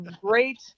great